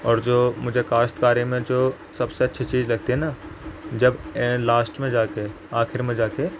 اور جو مجھے کاشت کاری میں جو سب سے اچھی چیز لگتی ہے نا جب لاسٹ میں جا کے آخر میں جا کے